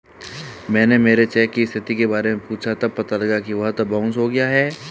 मैंने मेरे चेक की स्थिति के बारे में पूछा तब पता लगा कि वह तो बाउंस हो गया है